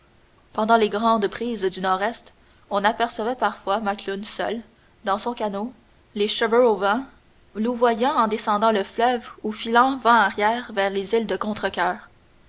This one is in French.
pendant les grandes brises du nord-est on apercevait parfois macloune seul dans son canot les cheveux au vent louvoyant en descendant le fleuve ou filant vent arrière vers les îles de contrecoeur